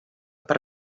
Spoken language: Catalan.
per